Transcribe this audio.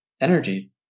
energy